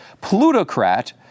plutocrat